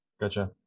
gotcha